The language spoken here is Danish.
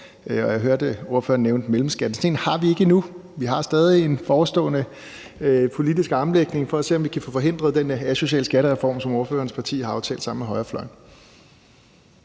Jeg hørte ordføreren nævne mellemskat. Sådan en har vi ikke endnu. Vi har stadig en forestående politiske armlægning for at se, om vi kan få forhindret den asociale skattereform, som ordførerens parti har aftalt sammen med højrefløjen.